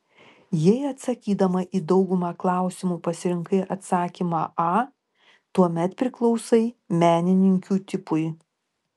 jei atsakydama į daugumą klausimų pasirinkai atsakymą a tuomet priklausai menininkių tipui